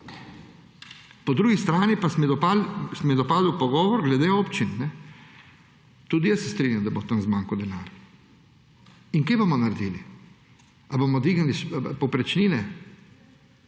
Po drugi strani pa se mi je dopadel pogovor glede občin. Tudi jaz se strinjam, da bo tam zmanjkalo denarja. In kaj bomo naredili? Ali bomo dvignili povprečnine?